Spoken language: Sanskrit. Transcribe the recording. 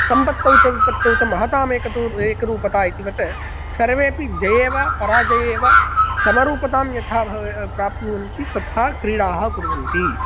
सम्पत्तौ च विपत्तौ च महतामेक तु एकरूपता इतिवत् सर्वेऽपि जये वा पराजये वा समरूपतां यथा भवे प्राप्नुवन्ति तथा क्रीडाः कुर्वन्ति